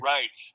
Right